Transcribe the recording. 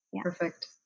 Perfect